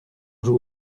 joue